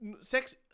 sex